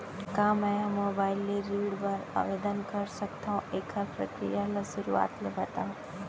का मैं ह मोबाइल ले ऋण बर आवेदन कर सकथो, एखर प्रक्रिया ला शुरुआत ले बतावव?